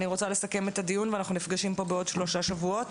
אני רוצה לסכם את הדיון ואנחנו נפגשים פה בעוד שלושה שבועות